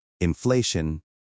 inflation